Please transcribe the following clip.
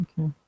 Okay